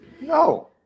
No